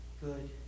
good